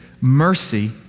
mercy